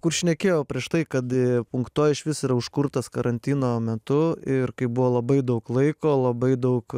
kur šnekėjo prieš tai kad punkto išvis yra užkurtas karantino metu ir kai buvo labai daug laiko labai daug